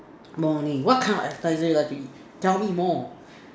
morning what kind of asparagus you like to eat tell me more